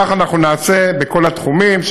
כך אנחנו נעשה בכל התחומים,